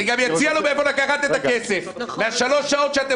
אני גם אציע לו מאיפה לקחת את הכסף: מהשלוש שעות שאתם